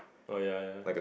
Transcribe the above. oh ya ya